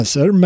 Sir